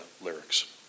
lyrics